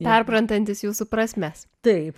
perprantantis jūsų prasmes taip